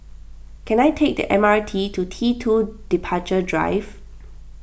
can I take the M R T to T two Departure Drive